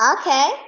Okay